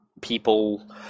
people